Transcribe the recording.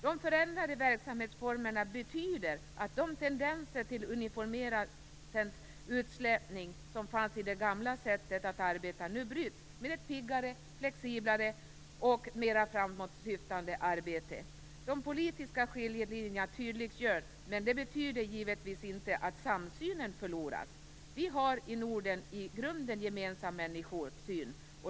De förändrade verksamhetsformerna betyder att de tendenser till utslätning som fanns i det gamla sättet att arbeta nu bryts med ett piggare, flexiblare och mer framåtsyftande arbete. De politiska skiljelinjerna tydliggörs. Men det betyder givetvis inte att samsynen förloras. Vi har i Norden en i grunden gemensam människosyn.